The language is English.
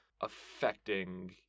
affecting